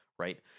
Right